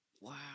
Wow